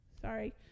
Sorry